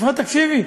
לפחות תקשיבי.